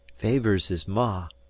favours his ma,